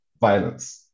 violence